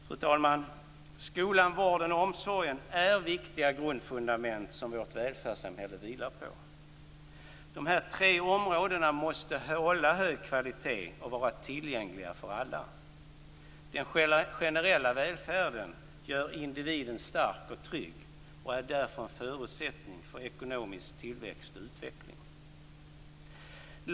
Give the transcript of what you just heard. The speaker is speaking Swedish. Fru talman! Skolan, vården och omsorgen är viktiga grundfundament som vårt välfärdssamhälle vilar på. Dessa tre områden måste hålla hög kvalitet och vara tillgängliga för alla. Den generella välfärden gör individen stark och trygg och är därför en förutsättning för ekonomisk tillväxt och utveckling.